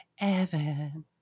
Evan